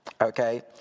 okay